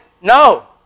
no